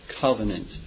covenant